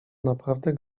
naprawdę